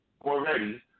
already